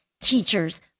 teachers